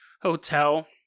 hotel